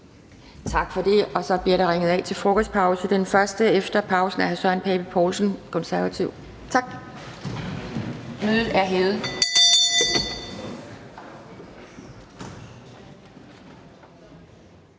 Tak for det. Så bliver der ringet af til frokostpause. Den første efter pausen er hr. Søren Pape Poulsen, Det Konservative